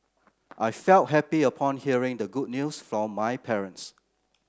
I felt happy upon hearing the good news from my parents